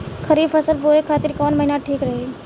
खरिफ फसल बोए खातिर कवन महीना ठीक रही?